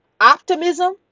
optimism